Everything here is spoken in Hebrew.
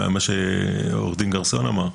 מה שעו"ד גרסון אמר,